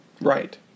Right